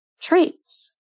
traits